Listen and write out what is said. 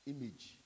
Image